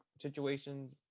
situations